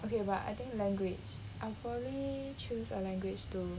okay but I think language I'll probably choose a language too